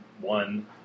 one